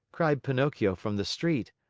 cried pinocchio from the street.